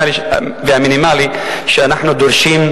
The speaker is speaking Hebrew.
התש"ע 2010, נתקבלה.